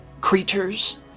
creatures